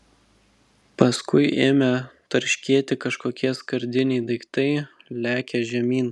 paskui ėmė tarškėti kažkokie skardiniai daiktai lekią žemyn